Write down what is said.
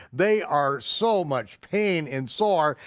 they are so much pain and sore,